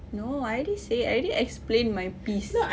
no I already say I already explain my piece